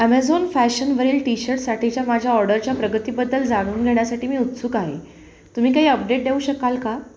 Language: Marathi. ॲमेझॉन फॅशनवरील टी शर्टसाठीच्या माझ्या ऑडरच्या प्रगतीबद्दल जाणून घेण्यासाठी मी उत्सुक आहे तुम्ही काही अपडेट देऊ शकाल का